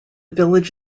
village